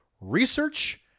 research